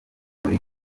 muri